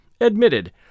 admitted